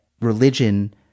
religion